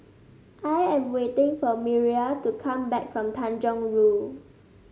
I am waiting for Miriah to come back from Tanjong Rhu